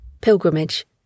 Pilgrimage